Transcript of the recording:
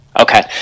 Okay